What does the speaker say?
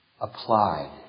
applied